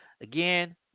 Again